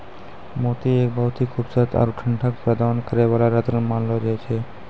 मोती एक बहुत हीं खूबसूरत आरो ठंडक प्रदान करै वाला रत्न मानलो जाय छै